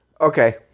okay